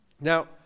Now